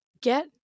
get